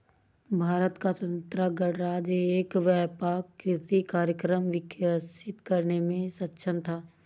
भारत का स्वतंत्र गणराज्य एक व्यापक कृषि कार्यक्रम विकसित करने में सक्षम था